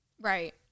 Right